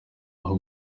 aho